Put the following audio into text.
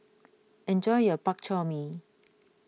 enjoy your Bak Chor Mee